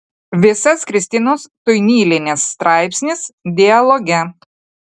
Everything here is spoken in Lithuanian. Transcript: visas kristinos tuinylienės straipsnis dialoge